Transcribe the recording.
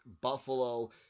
Buffalo